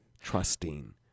Trusting